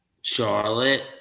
Charlotte